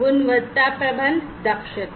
गुणवत्ता प्रबंधन दक्षता